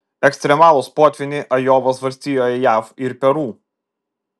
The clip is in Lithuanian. ekstremalūs potvyniai ajovos valstijoje jav ir peru